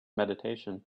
meditation